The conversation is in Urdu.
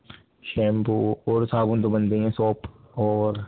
شیمپو اور صابن تو بنتے ہیں سوپ اور